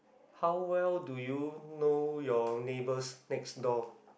how well do you know your neighbors next door